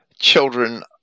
children